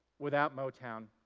without motown,